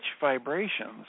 vibrations